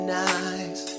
nice